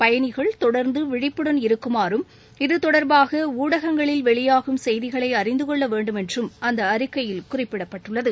பயணிகள் தொடர்ந்து விழிப்புடன் இருக்குமாறும் இது தொடர்பாக ஊடகங்களில் வெளியாகும் செய்திகளை அறிந்து கொள்ள வேண்டும் என்றும் அந்த அறிக்கையில் குறிப்பிடப்பட்டுள்ளது